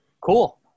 cool